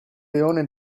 leone